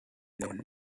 known